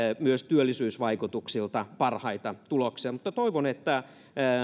myös työllisyysvaikutuksiltaan parhaita tuloksia toivon että